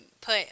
put